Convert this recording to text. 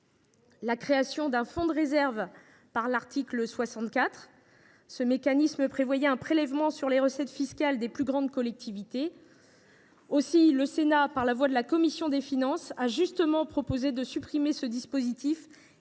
la création d’un fonds de réserve, à l’article 64. Ce mécanisme visait à prévoir un prélèvement sur les recettes fiscales des plus grandes collectivités. Le Sénat, par la voix de la commission des finances, a légitimement proposé de supprimer ce dispositif